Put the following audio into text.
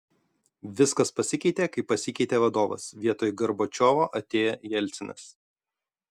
viskas pasikeitė kai pasikeitė vadovas vietoj gorbačiovo atėjo jelcinas